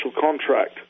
Contract